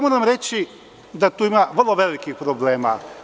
Moram reći da tu ima vrlo velikih problema.